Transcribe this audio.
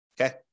Okay